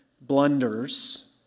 blunders